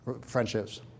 friendships